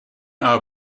are